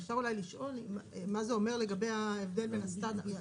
אם אפשר לשאול מה זה אומר לגבי ההבדל בין הסטנדרטים.